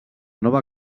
nova